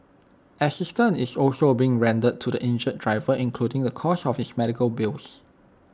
assistance is also being rendered to the injured driver including the cost of his medical bills